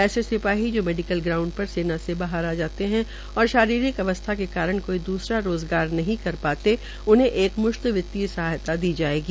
ऐसे सिपाही जो मेडिकल ग्राउंड पर सेना से बाहर आ जाते है और शारीरिक अवस्था के कारण कोई द्रसरा रोज़गार नहीं कर पाते एक मुश्त वित्तीय सहायता दी जायेगी